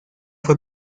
fue